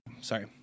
Sorry